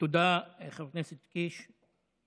תודה, חבר הכנסת קיש.